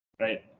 right